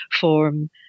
form